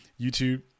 YouTube